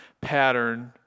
pattern